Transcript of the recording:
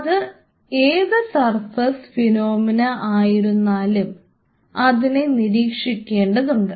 അത് ഏത് surface phenomena ആയിരുന്നാലും അതിനെ നിരീക്ഷിക്കേണ്ടതുണ്ട്